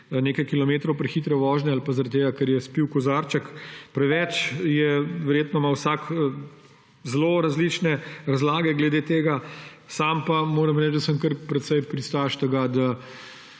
nekaj kilometrov prehitre vožnje ali pa zaradi tega, ker je spil kozarček preveč, verjetno ima vsak zelo različne razlage glede tega. Sam pa moram reči, da sem kar precej pristaš tega, da